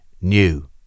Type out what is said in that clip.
new